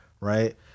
right